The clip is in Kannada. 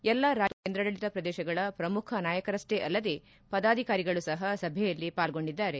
ಎಲ್ಲಾ ರಾಜ್ಲಗಳು ಮತ್ತು ಕೇಂದ್ರಾಡಳಿತ ಪ್ರದೇಶಗಳ ಪ್ರಮುಖ ನಾಯಕರಷ್ಷೇ ಅಲ್ಲದೇ ಪದಾಧಿಕಾರಿಗಳು ಸಹ ಸಭೆಯಲ್ಲಿ ಪಾರ್ಲೊಂಡಿದ್ದಾರೆ